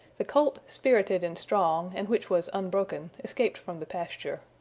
the colt, spirited and strong, and which was unbroken, escaped from the pasture.